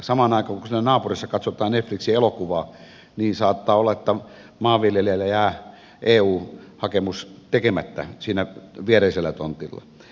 samaan aikaan kun siinä naapurissa katsotaan netflixin elokuvaa niin saattaa olla että maanviljelijältä jää eu hakemus tekemättä siinä viereisellä tontilla